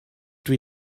dwi